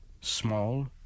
Small